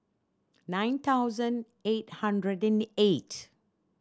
nine thousand eight hundred and eight